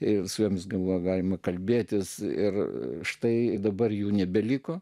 ir su joms buvo galima kalbėtis ir štai dabar jų nebeliko